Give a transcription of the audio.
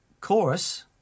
chorus